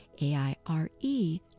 A-I-R-E